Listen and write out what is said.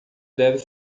deve